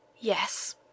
yes